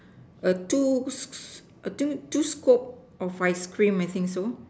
err two sc~ two scoop of ice cream I think so